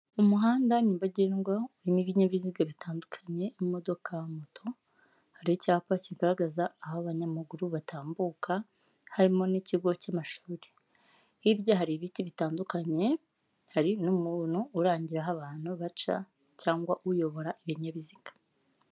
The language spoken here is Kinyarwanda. Umuhanda nyabagendwa urimo ibinyabiziga bitandukanye, imodoka, moto, hari icyapa kigaragaza aho abanyamaguru batambuka, harimo n'ikigo cy'amashuri, hirya hari ibiti bitandukanye, hari n'umuntu urangira aho abantu baca cyangwa uyobora ibinyabiziga.